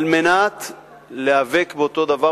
כדי להיאבק באותו דבר,